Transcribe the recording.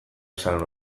esan